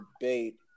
debate